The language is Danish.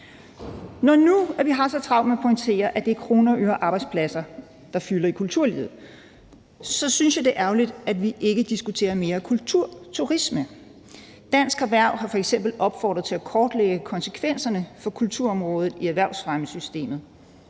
Når nu vi har så travlt med at pointere, at det er kroner, øre og arbejdspladser, der fylder i kulturlivet, synes jeg, det er ærgerligt, at vi ikke diskuterer mere kulturturisme. Dansk Erhverv har f.eks. opfordret til at kortlægge konsekvenserne for kulturområdet i erhvervsfremmesystemet,